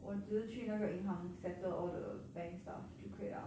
我只是去那个银行 settle all the bank stuff 就可以了